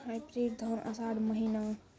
Hybrid धान आषाढ़ महीना?